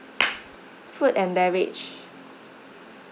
food and beverage